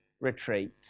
retreat